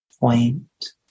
point